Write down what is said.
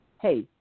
hey